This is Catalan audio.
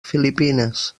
filipines